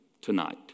tonight